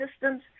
systems